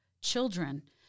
children